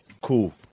Cool